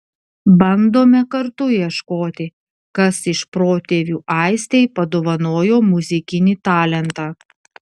bandome kartu ieškoti kas iš protėvių aistei padovanojo muzikinį talentą